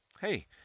Hey